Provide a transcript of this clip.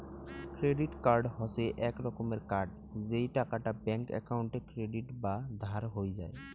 credit card হসে এক রকমের কার্ড যেই টাকাটা ব্যাঙ্ক একাউন্টে ক্রেডিট বা ধার হই যাই